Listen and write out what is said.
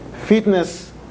fitness